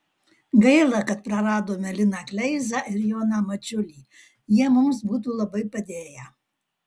gaila kad praradome liną kleizą ir joną mačiulį jie mums būtų labai padėję